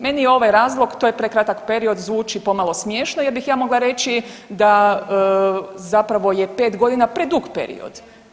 Meni je ovaj razlog, to je prekratak period zvuči pomalo smiješno jer bih ja mogla reći da je zapravo pet godina predug period.